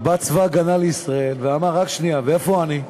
בא צבא ההגנה לישראל ואמר: רק שנייה, ואיפה אני?